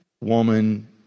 woman